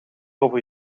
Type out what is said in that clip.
over